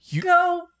go